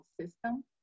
system